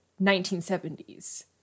1970s